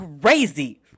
crazy